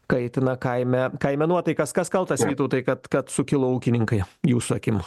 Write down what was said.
kaitina kaime kaime nuotaikas kas kaltas vytautai kad kad sukilo ūkininkai jūsų akim